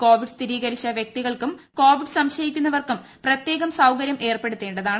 Covid സ്ഥിരീകരിച്ച വൃക്തികൾക്കും covid സംശയിക്കുന്നവർക്കും പ്രത്യേകം സൌകര്യങ്ങൾ ഏർപ്പെടുത്തേണ്ടതാണ്